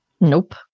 Nope